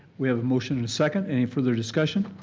we have a motion and a second. any further discussion?